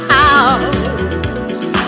house